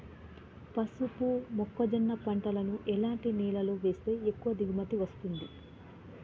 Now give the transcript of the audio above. పసుపు మొక్క జొన్న పంటలను ఎలాంటి నేలలో వేస్తే ఎక్కువ దిగుమతి వస్తుంది?